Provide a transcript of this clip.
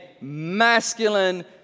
masculine